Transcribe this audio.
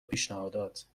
پیشنهادات